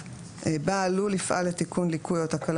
בכל לול יפעל לתיקון ליקוי או תקלה